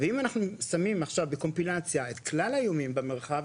אם אנחנו שמים עכשיו בקומבינציה את כלל האיומים במרחב,